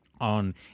on